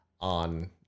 on